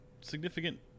significant